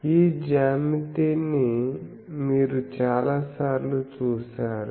ఈ జ్యామితిని మీరు చాలాసార్లు చూశారు